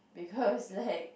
because like